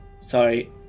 Sorry